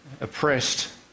oppressed